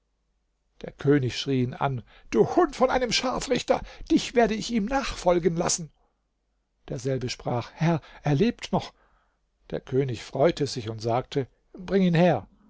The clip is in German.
der könig schrie ihn an du hund von einem scharfrichter dich werde ich ihm nachfolgen lassen derselbe sprach herr er lebt noch der könig freute sich und sagte bring ihn her